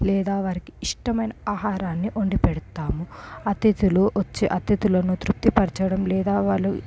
లేదా వారికి ఇష్టమైన ఆహారాన్ని వండి పెడతాము అతిథులు వచ్చే అతిథులను తృప్తి పరచడం లేదా వాళ్ళు